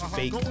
fake